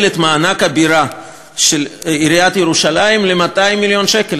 את מענק הבירה של עיריית ירושלים ל-200 מיליון שקל.